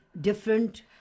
Different